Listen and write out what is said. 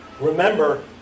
remember